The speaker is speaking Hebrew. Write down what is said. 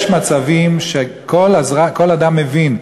יש מצבים שכל אדם מבין,